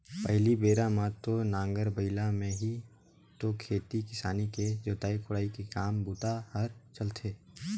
पहिली बेरा म तो नांगर बइला में ही तो खेती किसानी के जोतई कोड़ई के काम बूता हर चलथे